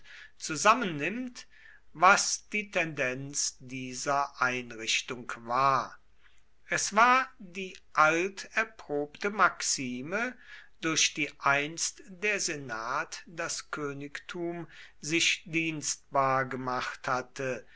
zusammennimmt was die tendenz dieser einrichtungen war es war die alterprobte maxime durch die einst der senat das königtum sich dienstbar gemacht hatte